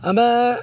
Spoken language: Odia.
ଆମେ